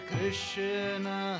Krishna